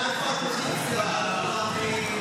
והוועדה החליטה לפצל חלק מהנושאים של החוק,